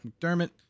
McDermott